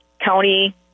county